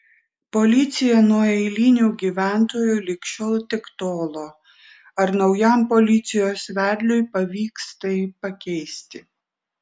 policija nuo eilinių gyventojų lig šiol tik tolo ar naujam policijos vedliui pavyks tai pakeisti